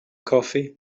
coffee